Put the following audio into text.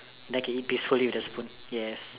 then I can eat peacefully with the spoon yes